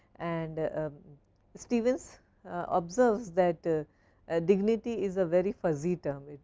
and ah stevens observes that ah ah dignity is a very fuzzy term.